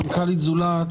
מנכ"לית "זולת",